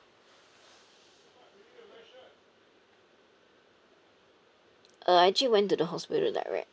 uh I actually went to the hospital direct